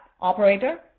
operator